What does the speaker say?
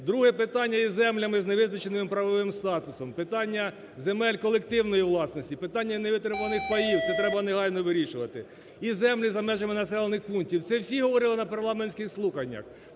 Друге питання із землями з невизначеним правовим статусом, питання земель колективної власності, питання не витребуваних паїв. Це треба негайно вирішувати. І землі за межами населених пунктів. Це всі говорили на парламентських слуханнях.